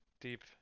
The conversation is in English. deep